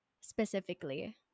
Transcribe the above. specifically